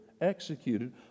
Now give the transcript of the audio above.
executed